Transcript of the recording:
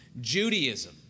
judaism